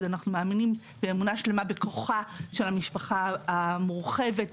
בכוחה של המשפחה המורחבת,